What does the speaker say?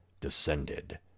descended